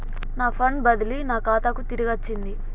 నా ఫండ్ బదిలీ నా ఖాతాకు తిరిగచ్చింది